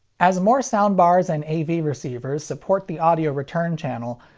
as more sound bars and a v receivers support the audio-return channel,